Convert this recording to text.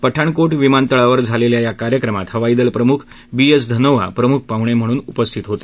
पठाणकोट विमान तळावर झालेल्या या कार्यक्रमात हवाई दल प्रमुख बी एस धनोआ प्रमुख पाहणे म्हणून उपस्थित होते